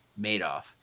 Madoff